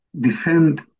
defend